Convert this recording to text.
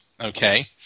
okay